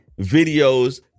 videos